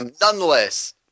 Nonetheless